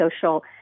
social